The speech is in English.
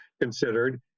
considered